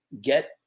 get